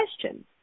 question